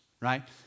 right